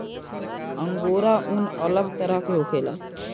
angora ऊन अलग तरह के होखेला